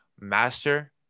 master